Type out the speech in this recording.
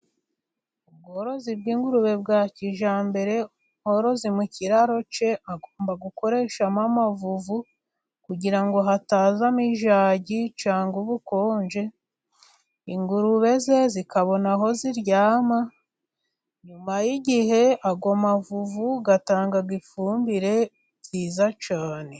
Ubworozi bw'ingurube bwa kijyambere ,umworozi mu kiraro cye agomba gukoreshamo amavuvu kugira ngo hatazamo ubukonje, ingurube ze zikabona aho ziryama nyuma y'igihe, ayo mavuvu atanga ifumbire ryiza cyane.